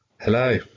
Hello